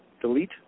Delete